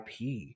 IP